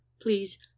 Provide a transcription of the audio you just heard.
please